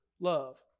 Love